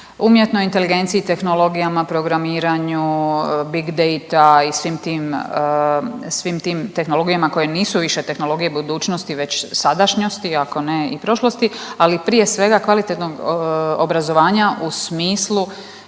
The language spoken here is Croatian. umjetnoj inteligenciji, tehnologijama, programiranja Big Data i svim tim, svim tim tehnologijama koje nisu više tehnologije budućnosti već sadašnjosti ako ne i prošlosti, ali prije svega kvalitetnog obrazovanja u smislu